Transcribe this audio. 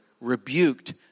rebuked